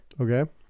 Okay